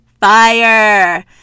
fire